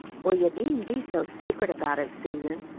well, you needn't be so secret about it, susan,